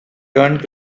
turned